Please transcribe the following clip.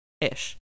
ish